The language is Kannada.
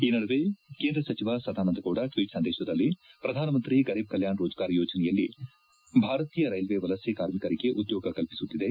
ಈ ನಡುವೆ ಕೇಂದ್ರ ಸಚಿವ ಸದಾನಂದ ಗೌಡ ಟ್ವೀಟ್ ಸಂದೇತದಲ್ಲಿ ಪ್ರಧಾನಮಂತ್ರಿ ಗರೀಭ್ ಕಲ್ಕಾಣ್ ರೋಜ್ಗಾರ್ ಯೋಜನೆಯಲ್ಲಿ ಭಾರತೀಯ ರೈಲ್ವೆ ವಲಸೆ ಕಾರ್ಮಿಕರಿಗೆ ಉದ್ಯೋಗ ಕಲ್ಪಿಸುತ್ತಿದೆ